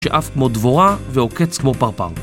שעף כמו דבורה ועוקץ כמו פרפר